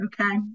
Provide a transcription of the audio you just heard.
okay